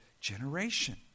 generation